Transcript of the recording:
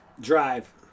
Drive